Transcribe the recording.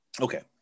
Okay